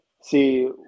See